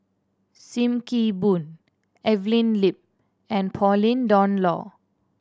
Sim Kee Boon Evelyn Lip and Pauline Dawn Loh